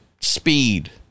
speed